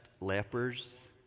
lepers